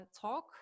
talk